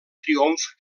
triomf